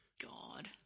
God